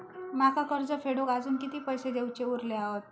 माका कर्ज फेडूक आजुन किती पैशे देऊचे उरले हत?